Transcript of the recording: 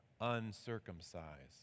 uncircumcised